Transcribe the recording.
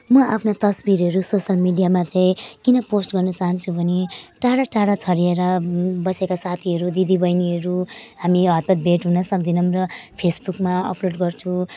म आफ्ना तस्विरहरू सोसल मिडियामा चाहिँ किन पोस्ट गर्न चाहन्छु भने टाढाटाढा छरिएर बसेका साथीहरू दिदीबहिनीहरू हामी हतपत भेट हुन सक्दिनौँ र फेसबुकमा अप्लोड गर्छु